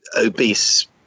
obese